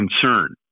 concern